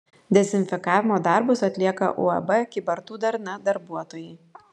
dezinfekavimo darbus atlieka uab kybartų darna darbuotojai